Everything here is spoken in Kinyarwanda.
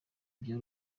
bya